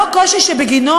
לא קושי שבגינו,